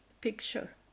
picture